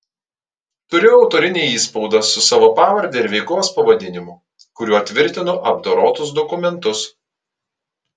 turiu autorinį įspaudą su savo pavarde ir veiklos pavadinimu kuriuo tvirtinu apdorotus dokumentus